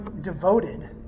devoted